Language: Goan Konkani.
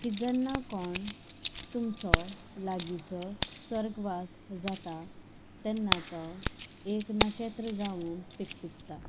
की जेन्ना कोण तुमचो लागींचो स्वर्गवास जाता तेन्ना तो एक नखेत्र जावन पिकपिकता